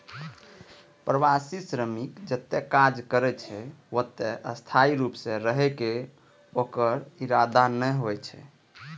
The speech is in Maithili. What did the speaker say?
प्रवासी श्रमिक जतय काज करै छै, ओतय स्थायी रूप सं रहै के ओकर इरादा नै होइ छै